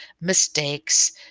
mistakes